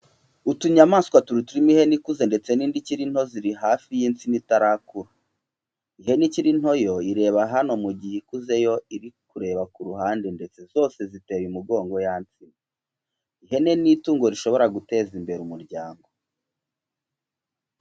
Utunyamaswa tubiri turimo ihene ikuze ndetse n'indi ikiri nto ziri hafi y'insina itarakura. Ihene ikiri nto yo irareba hano mu gihe ikuze yo iri kureba ku ruhande ndetse zose ziteye umugongo ya nsina. Ihene ni itungo rishobora guteza imbere umuryango.